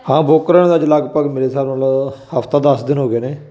ਹਾਂ ਬਰੋਕਰਾਂ ਅੱਜ ਲਗਭਗ ਮੇਰੇ ਹਿਸਾਬ ਨਾਲ ਹਫ਼ਤਾ ਦਸ ਦਿਨ ਹੋ ਗਏ ਨੇ